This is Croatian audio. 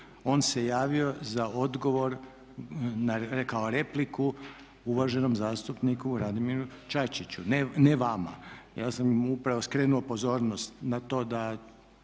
on se javio za odgovor na, rekao repliku, uvaženom zastupniku Radimiru Čačiću, ne vama. Ja sam mu upravo skrenuo pozornost na to da